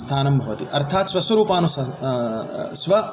स्थानं भवति अर्थात् स्वस्वरूपानु स्व